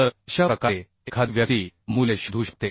तर अशा प्रकारे एखादी व्यक्ती मूल्ये शोधू शकते